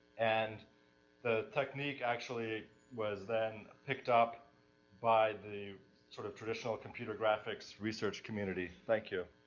and the technique actually was then picked up by the sort of traditional computer graphics research community. thank you.